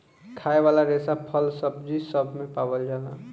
खाए वाला रेसा फल, सब्जी सब मे पावल जाला